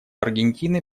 аргентины